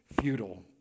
feudal